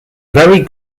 very